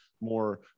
more